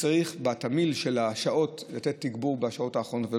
שצריך תמהיל, לתת תגבור בשעות האחרונות.